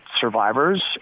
survivors